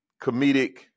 comedic